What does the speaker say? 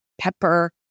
pepper